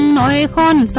and ica-one so